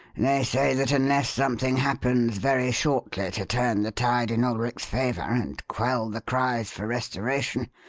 they say that unless something happens very shortly to turn the tide in ulric's favour and quell the cries for restoration,